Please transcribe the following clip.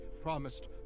promised